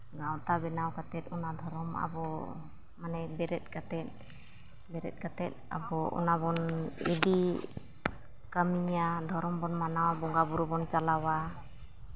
ᱜᱟᱶᱛᱟ ᱵᱮᱱᱟᱣ ᱠᱟᱛᱮᱫ ᱚᱱᱟ ᱫᱷᱚᱨᱚᱢ ᱟᱵᱚᱢᱟᱱᱮ ᱵᱮᱨᱮᱫ ᱠᱟᱛᱮᱫ ᱵᱮᱨᱮᱫ ᱠᱟᱛᱮᱫ ᱟᱵᱚ ᱚᱱᱟ ᱵᱚᱱ ᱤᱫᱤ ᱠᱟᱹᱢᱤᱭᱟ ᱫᱷᱚᱨᱚᱢ ᱵᱚᱱ ᱢᱟᱱᱟᱣᱟ ᱵᱚᱸᱜᱟᱼᱵᱩᱨᱩ ᱵᱚᱱ ᱪᱟᱞᱟᱣᱟ